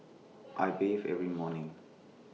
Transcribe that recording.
I bathe every morning